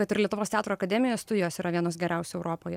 kad ir lietuvos teatro akademijos studijos yra vienos geriausių europoje